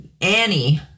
Annie